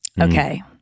Okay